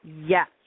yes